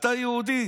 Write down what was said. אתה יהודי,